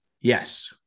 Yes